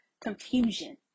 confusion